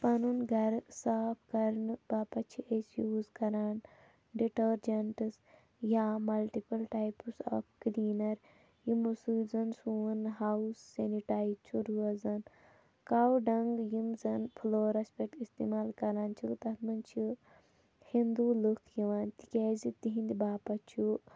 پَنُن گَرٕ صاف کَرنہٕ باپَتھ چھِ أسۍ یوٗز کَران ڈِٹٲرجَنٛٹٕس یا مَلٹِپُل ٹایپٕس آف کٔلیٖنَر یِمَو سۭتۍ زَن سون ہاوُس سینیٹایِز چھُ روزان کَو ڈَنٛگ یِم زَن فُلورَس پٮ۪ٹھ اِستعمال کران چھِ تَتھ منٛز چھِ ہِنٛدوٗ لُکھ یِوان تِکیٛازِ تِہِنٛدِ باپَتھ چھُ